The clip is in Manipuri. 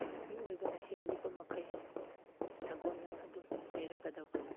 ꯃꯤꯑꯣꯏꯕꯅ ꯍꯤꯡꯂꯤꯕ ꯃꯈꯩ ꯁꯥꯒꯣꯟꯅꯅ ꯑꯗꯨꯝ ꯂꯩꯔꯒꯗꯕ